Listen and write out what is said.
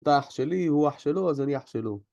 אתה אח שלי, הוא אח שלו, אז אני אח שלו.